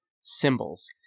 symbols